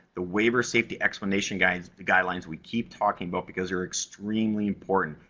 the waiver safety explanation guides, the guidelines we keep talking about, because they're extremely important,